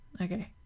Okay